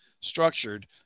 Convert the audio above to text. structured